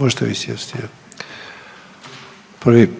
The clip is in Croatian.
možete vi sjest. Prvi,